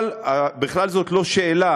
אבל בכלל זאת לא שאלה,